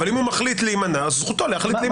אבל אם הוא מחליט להימנע, זכותו להחליט להימנע.